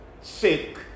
sick